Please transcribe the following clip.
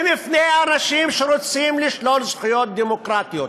ומפני אנשים שרוצים לשלול זכויות דמוקרטיות,